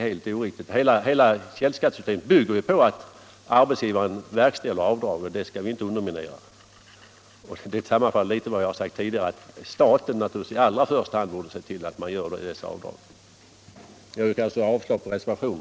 Nej, hela källskattesystemet bygger på att arbetsgivaren verkställer avdrag, och det systemet skall vi inte underminera. Jag upprepar alltså vad jag sade tidigare, att staten naturligtvis i första hand borde se till att staten själv gör skatteavdrag när så kan ske.